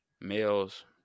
males